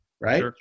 right